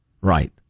right